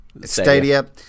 Stadia